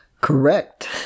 Correct